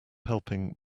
helping